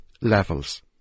levels